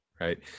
Right